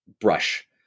brush